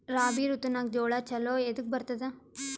ರಾಬಿ ಋತುನಾಗ್ ಜೋಳ ಚಲೋ ಎದಕ ಬರತದ?